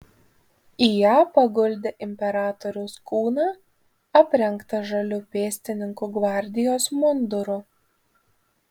į ją paguldė imperatoriaus kūną aprengtą žaliu pėstininkų gvardijos munduru